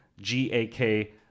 G-A-K